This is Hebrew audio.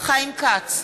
חיים כץ,